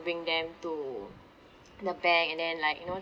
bring them to the bank and then like you know